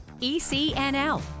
ECNL